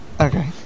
Okay